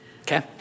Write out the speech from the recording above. Okay